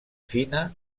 fina